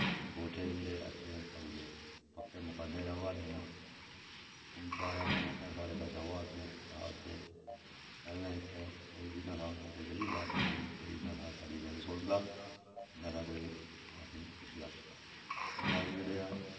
ते कोठे बी जेह्ड़े अच्छे अस पाई ओड़े पक्के मकाने र'वै नेआं हून चार आदमी इत्थै साढ़े कश आवै दे जा दे पैह्लें इत्थै कोई बी नेईं हा औंदा के गरीब आदमी दे कोई बी नेईं हा साढ़ी गल्ल सुनदा निं हा कोई असें पुछदा हून अस जेह्ड़े आं